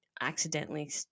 accidentally